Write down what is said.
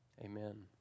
amen